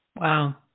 Wow